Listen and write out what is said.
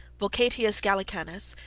vulcatius gallicanus,